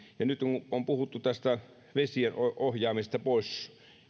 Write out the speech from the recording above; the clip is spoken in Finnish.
nyt kun on puhuttu tästä vesien ohjaamisesta pois